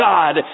God